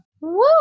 woo